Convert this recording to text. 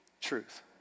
truth